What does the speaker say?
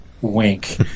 Wink